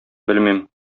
белмим